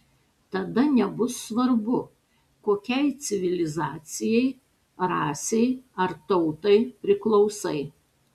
tada nebus svarbu kokiai civilizacijai rasei ar tautai priklausai